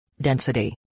density